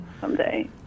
someday